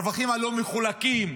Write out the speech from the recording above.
הרווחים הלא-מחולקים,